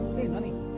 hey naani.